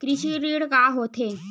कृषि ऋण का होथे?